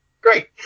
Great